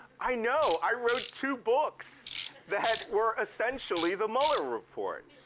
i know, i wrote two books that were essentially the mueller report.